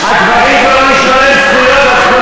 חבר הכנסת זאב, תודה.